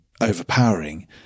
overpowering